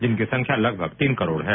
जिनकी संख्या लगभग तीन करोड है